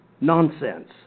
Nonsense